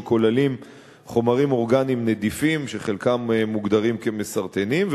שכוללים חומרים אורגניים נדיפים שחלקם מוגדרים כמסרטנים,